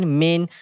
main